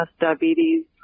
diabetes